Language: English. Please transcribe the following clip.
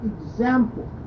example